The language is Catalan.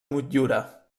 motllura